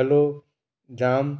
गलो जाम